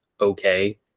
okay